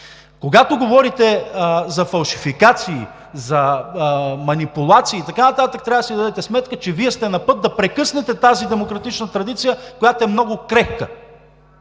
Когато говорите за фалшификации, за манипулации и така нататък, трябва да си дадете сметка, че Вие сте на път да прекъснете тази демократична традиция, която е много крехка.